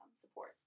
support